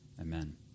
amen